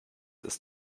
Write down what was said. ist